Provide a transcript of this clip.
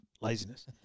Laziness